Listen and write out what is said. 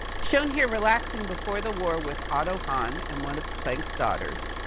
shown here relaxing before the war with otto hahn and one of planck's daughters.